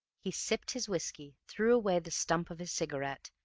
he sipped his whiskey, threw away the stump of his cigarette,